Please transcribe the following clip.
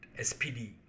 SPD